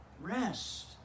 rest